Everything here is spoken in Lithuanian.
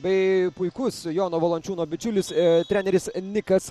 bei puikus jono valančiūno bičiulis ir treneris nikas